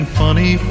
funny